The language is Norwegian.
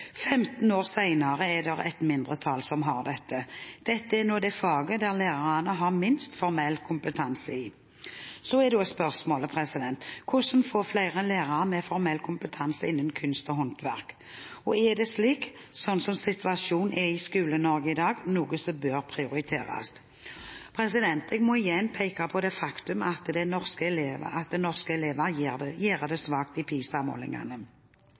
15 år senere er det et mindretall som har dette. Dette er nå det faget der lærerne har minst formell kompetanse. Så er da spørsmålet: Hvordan få flere lærere med formell kompetanse innen kunst og håndverk? Og er det – slik situasjonen er i Skole-Norge i dag – noe som bør prioriteres? Jeg må igjen peke på det faktum at norske elever gjør det svakt i PISA-målingene. Norske elever er omtrent på OECD-snittet i naturfag og matematikk og scorer lavere i